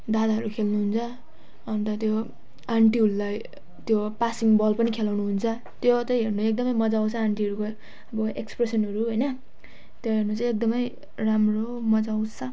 दादाहरू खेल्नुहुन्छ अनि त त्यो आन्टीहरूलाई त्यो पासिङ बल पनि खेलाउनुहुन्छ त्यो चाहिँ हेर्न एकदमै मजा आउँछ आन्टीहरूको अब एक्सप्रेसनहरू हैन त्यो हेर्नु चाहिँ एकदमै राम्रो मजा आउँछ